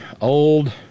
old